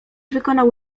wykonał